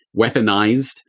weaponized